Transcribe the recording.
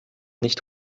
nicht